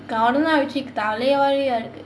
corona வச்சு தலைவலியா இருக்கு:vachchu thalaivaliyaa irukku